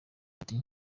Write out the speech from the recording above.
ati